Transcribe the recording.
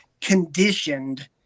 conditioned